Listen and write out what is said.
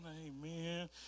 amen